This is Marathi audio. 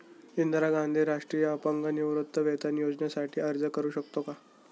इंदिरा गांधी राष्ट्रीय अपंग निवृत्तीवेतन योजनेसाठी अर्ज करू शकतो का?